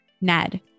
Ned